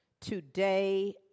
today